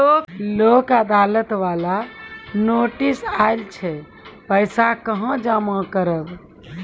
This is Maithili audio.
लोक अदालत बाला नोटिस आयल छै पैसा कहां जमा करबऽ?